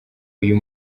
uyu